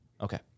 Okay